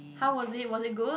how was it was it good